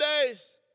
days